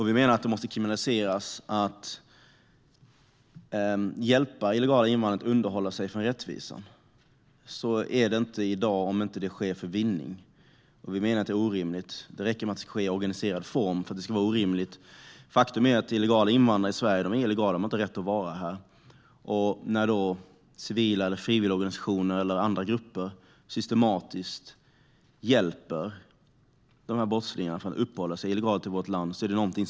Vi menar att det måste kriminaliseras att hjälpa illegala invandrare att hålla sig undan rättvisan. Så är det inte i dag, om det inte sker för vinning. Vi menar att det är orimligt. Det räcker med att det ska ske i organiserad form för att det ska vara orimligt. Faktum är att illegala invandrare i Sverige är just illegala - de har inte rätt att vara här - och när då frivilligorganisationer eller andra grupper systematiskt hjälper dessa brottslingar att illegalt uppehålla sig i vårt land måste det åtgärdas.